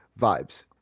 vibes